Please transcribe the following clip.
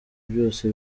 byose